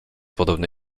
podobny